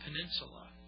peninsula